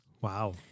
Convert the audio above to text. Wow